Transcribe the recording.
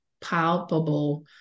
palpable